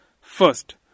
First